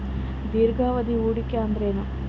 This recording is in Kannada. ದೀರ್ಘಾವಧಿ ಹೂಡಿಕೆ ಅಂದ್ರ ಏನು?